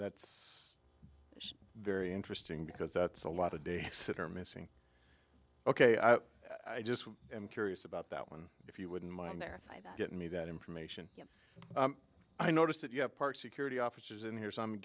that's very interesting because that's a lot of dates that are missing ok i i just i'm curious about that one if you wouldn't mind they're getting me that information i notice that you have part security officers in here so i'm